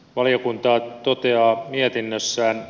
valiokunta toteaa mietinnössään